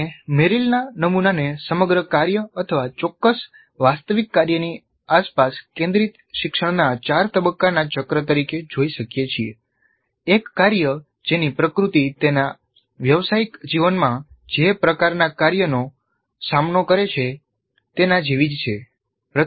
આપણે મેરિલના નમુનાને સમગ્ર કાર્ય ચોક્કસ વાસ્તવિક કાર્યની આસપાસ કેન્દ્રિત શિક્ષણના ચાર તબક્કાના ચક્ર તરીકે જોઈ શકીએ છીએ એક કાર્ય જેની પ્રકૃતિ તેના વ્યવસાયિક જીવનમાં જે પ્રકારના કાર્યોનો સામનો કરે છે તેના જેવી જ છે